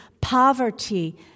poverty